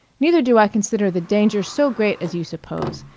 neither do i consider the danger so great as you suppose.